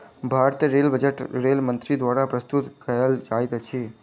भारतीय rail budget rail मंत्री द्वारा प्रस्तुत कयल जाइत अछि